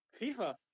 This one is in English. FIFA